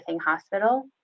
hospital